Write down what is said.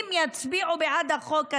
ואם יצביעו בעד החוק הזה,